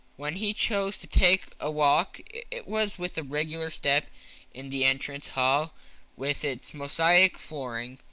when he chose to take a walk it was with a regular step in the entrance hall with its mosaic flooring,